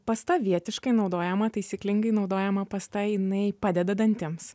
pasta vietiškai naudojama taisyklingai naudojama pasta jinai padeda dantims